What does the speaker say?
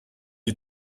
you